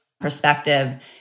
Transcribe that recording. perspective